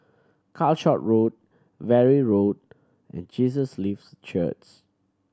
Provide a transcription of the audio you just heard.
Calshot Road Valley Road and Jesus Lives Church